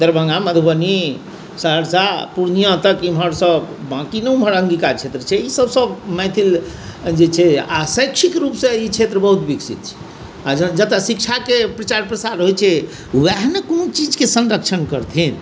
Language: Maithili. दरभङ्गा मधुबनी सहरसा पूर्णिया तक एम्हरसँ बाकी ने ओम्हर अङ्किका क्षेत्र छै ईसब सब मैथिल जे छै आओर शैक्षिक रूपसँ ई क्षेत्र बहुत विकसित छै आओर जतऽ शिक्षाके प्रचार प्रसार होइ छै वएह ने कोनो चीजके सँरक्षण करथिन